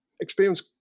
experience